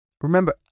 Remember